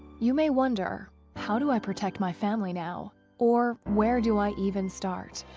you may wonder how do i protect my family now or where do i even start.